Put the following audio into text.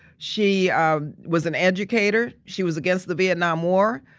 she um was an educator, she was against the vietnam war.